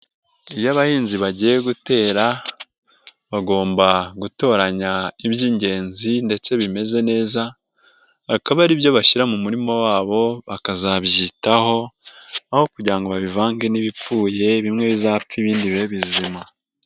Iyo abahinzi bagiye gutera, bagomba gutoranya iby'ingenzi ndetse bimeze neza, akaba aribyo bashyira mu murima wabo bakazabyitaho, aho kugira ngo babivange n'ibipfuye bimwe bizapfe ibindi bibe bizima.